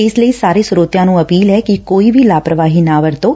ਇਸ ਲਈ ਸਾਰੇ ਸਰੋਤਿਆਂ ਨੂੰ ਅਪੀਲ ਐ ਕਿ ਕੋਈ ਵੀ ਲਾਪਰਵਾਹੀ ਨਾ ਵਰਤੋਂ